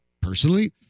personally